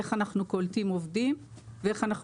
איך אנחנו קולטים עובדים ואיך אנחנו